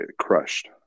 crushed